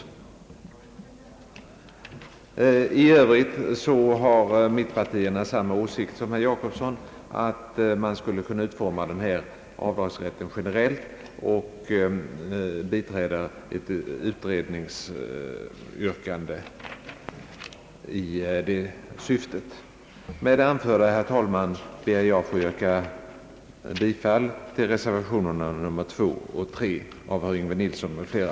I övrigt har mittenpartierna samma åsikt som herr Jacobsson, nämligen att avdragsrätten skulle kunna utformas så att den blir generell, och vi biträder utredningsyrkandet i det syftet. Med det anförda, herr talman, ber jag att få yrka bifall till reservationerna nr 2 och 3 av herr Yngve Nilsson m.fl.